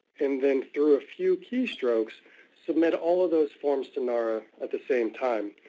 and then through a few key strokes submit all of those forms to nara at the same time.